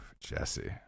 Jesse